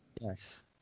Yes